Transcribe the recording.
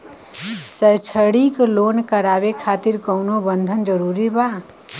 शैक्षणिक लोन करावे खातिर कउनो बंधक जरूरी बा?